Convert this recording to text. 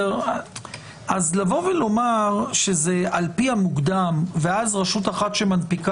אז לבוא ולומר שזה על פי המוקדם ואז רשות אחת שמנפיקה